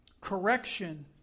Correction